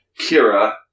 Kira